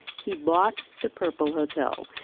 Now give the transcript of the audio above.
he bought the purple hotel.